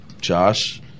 Josh